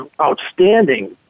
outstanding